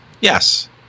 Yes